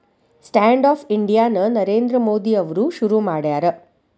stand up India ನ ನರೇಂದ್ರ ಮೋದಿ ಅವ್ರು ಶುರು ಮಾಡ್ಯಾರ